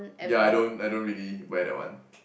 yeah I don't I don't really wear that one